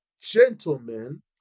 gentlemen